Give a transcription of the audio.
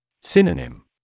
Synonym